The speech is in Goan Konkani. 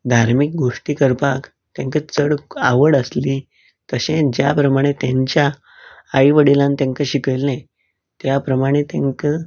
धार्मीक गोश्टी करपाक तेंकां चड आवड आसली तशेंच ज्या प्रमाणें तेंच्या आई वडीलान तेंका शिकयल्लें त्या प्रमाणें तेकां